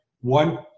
one-